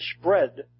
spread